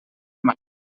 مصرف